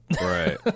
Right